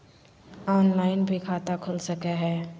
Online भी खाता खूल सके हय?